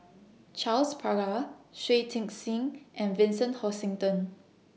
Charles Paglar Shui Tit Sing and Vincent Hoisington